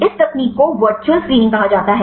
इस तकनीक को वर्चुअल स्क्रीनिंग कहा जाता है